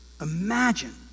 Imagine